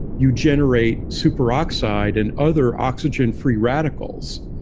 you generate superoxide and other oxygen free radicals.